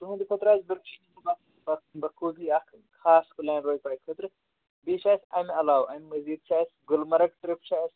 تُہٕنٛدِ خٲطرٕ آسہِ جٔکوٗزی اَکھ خاص پٕلین روزِ تۄہہِ خٲطرٕ بیٚیہِ چھُ اَسہِ اَمہِ علاوٕ اَمہِ مٔزیٖد چھُ اَسہِ گُلمَرٕگ ٹِرٛپ چھُ اَسہِ